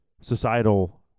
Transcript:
societal